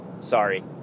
Sorry